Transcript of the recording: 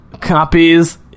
Copies